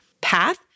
path